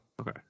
Okay